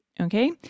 Okay